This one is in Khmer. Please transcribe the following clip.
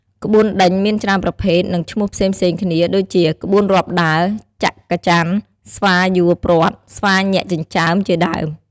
ក្បួនដេញមានច្រើនប្រភេទ និងឈ្មោះផ្សេងៗគ្នា ដូចជា ក្បួនរាប់ដើរ, ច័ក្កច័ន, ស្វាសួរព្រ័ត, ស្វាញាក់ចិញ្ចើម ជាដើម។